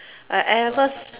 I I at first